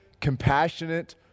compassionate